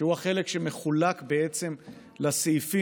שהוא החלק שמחולק בעצם לסעיפים,